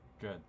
Good